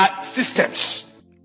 systems